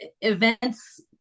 events